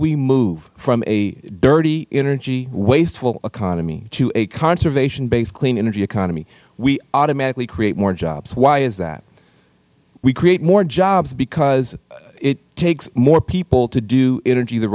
we move from a dirty energy wasteful economy to a conservation based clean energy economy we automatically create more jobs why is that we create more jobs because it takes more people to do energy the